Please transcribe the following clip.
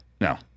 No